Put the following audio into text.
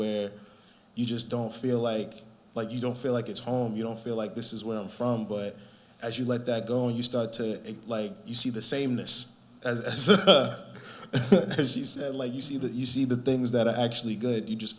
where you just don't feel like but you don't feel like it's home you don't feel like this is where i'm from but as you let that go and you start to act like you see the same this as a disease you see that you see the things that are actually good you just